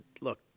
look